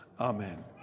Amen